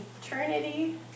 eternity